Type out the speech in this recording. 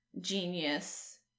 genius